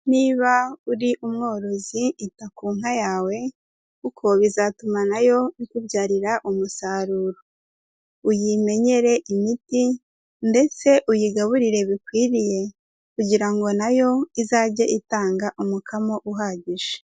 Niba uri umworozi ita ku nka yawe kuko bizatuma na yo ikubyarira umusaruro, uyimenyere imiti ndetse uyigaburire bikwiriye kugira ngo na yo izajye itanga umukamo uhagije.